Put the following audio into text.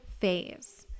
phase